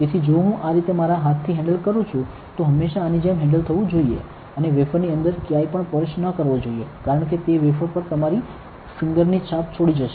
તેથી જો હું આ રીતે મારા હાથથી હેન્ડલ કરું છું તો હંમેશાં આની જેમ હેન્ડલ થવું જોઈએ અને વેફરની અંદર ક્યાંય પણ સ્પર્શ ન કરવો જોઈએ કારણ કે તે વેફર પર તમારી ફિંગરની છાપ છોડી જશે